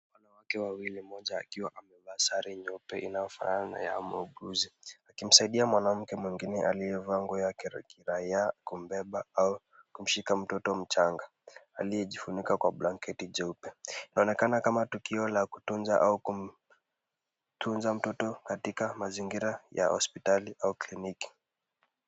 Wanawake wawili mmoja akiwa amevaa sare nyeupe inayofanana na ya muuguzi akimsaidia mwanamke mwingine aliyevaa nguo yake ya kiraia kumbeba au kumshika mtoto mchanga aliyejifunika kwa blanketi jeupe. Inaonekana kama tukio la kutunza au kumtunza mtoto katika mazingira ya hospitali au kliniki.